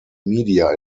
media